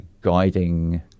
guiding